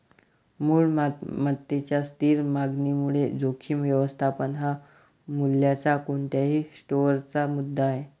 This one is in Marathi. मूळ मालमत्तेच्या स्थिर मागणीमुळे जोखीम व्यवस्थापन हा मूल्याच्या कोणत्याही स्टोअरचा मुद्दा आहे